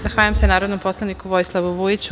Zahvaljujem se narodnom poslaniku Vojislavu Vujiću.